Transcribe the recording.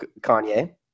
Kanye